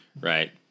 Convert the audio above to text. Right